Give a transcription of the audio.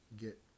get